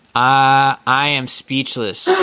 i i am speechless.